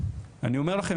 אני אומר לכם,